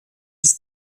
ist